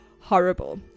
horrible